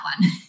one